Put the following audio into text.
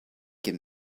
him